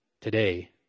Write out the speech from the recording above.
today